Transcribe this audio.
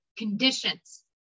Conditions